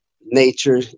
nature